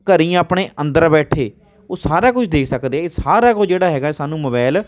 ਘਰੀਂ ਆਪਣੇ ਅੰਦਰ ਬੈਠੇ ਉਹ ਸਾਰਾ ਕੁਛ ਦੇਖ ਸਕਦੇ ਇਹ ਸਾਰਾ ਕੁਝ ਜਿਹੜਾ ਹੈਗਾ ਏ ਸਾਨੂੰ ਮੋਬੈਲ